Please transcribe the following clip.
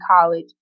college